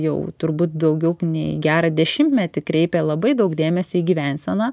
jau turbūt daugiau nei gerą dešimtmetį kreipė labai daug dėmesio į gyvenseną